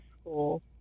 school